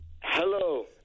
Hello